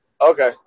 Okay